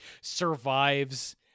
survives